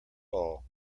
all